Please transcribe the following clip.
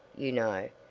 you know,